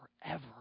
forever